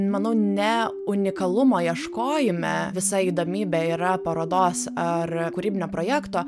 manau ne unikalumo ieškojime visa įdomybė yra parodos ar kūrybinio projekto